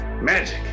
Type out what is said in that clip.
Magic